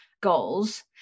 goals